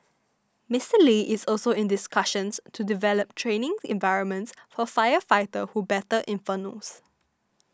Mister Lee is also in discussions to develop training environments for firefighters who battle infernos